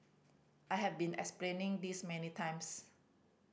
I have been explaining this many times